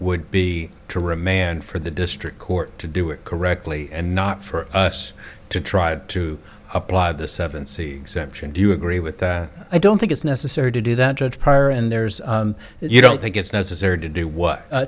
would be to remand for the district court to do it correctly and not for us to try to apply the seven c section do you agree with that i don't think it's necessary to do that judge prior and there's you don't think it's necessary to do what